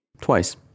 Twice